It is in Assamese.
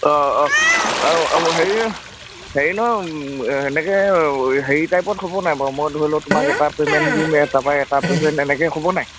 অঁ আৰু অঁ হেৰি হেৰি নহয় এনেকৈ হেৰি টাইপত হ'ব নাই বাৰু মই ধৰি লওক তোমাক এটা পে'মেণ্ট দিম তাৰপৰা এটা পে'মেণ্ট এনেকৈ হ'ব নাই